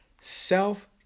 Self